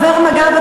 שוטר מג"ב,